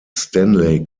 stanley